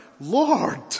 Lord